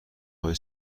های